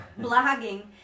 blogging